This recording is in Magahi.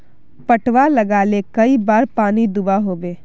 पटवा लगाले कई बार पानी दुबा होबे?